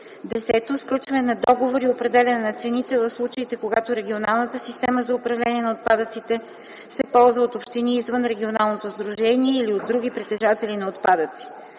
10. сключване на договори и определяне на цените в случаите, когато регионалната система за управление на отпадъците се ползва от общини извън регионалното сдружение или от други притежатели на отпадъци;